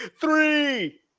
Three